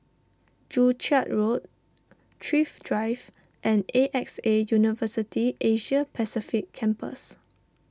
Joo Chiat Road Thrift Drive and A X A University Asia Pacific Campus